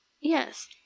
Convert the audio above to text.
yes